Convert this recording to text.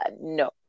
no